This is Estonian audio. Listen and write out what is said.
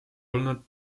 olnud